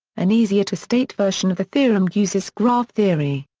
an easier to state version of the theorem uses graph theory.